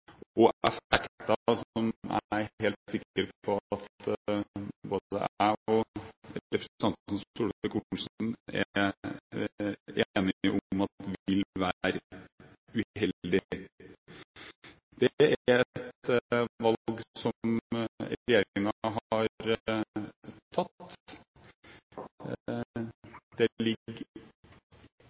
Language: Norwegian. og få effekter som jeg er helt sikker på at både jeg og representanten Solvik-Olsen er enige om vil være uheldige. Det er et valg som regjeringen har tatt. Det ligger